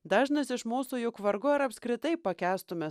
dažnas iš mūsų jog vargu ar apskritai pakęstume